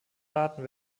raten